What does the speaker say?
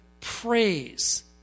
praise